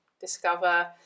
discover